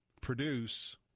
produce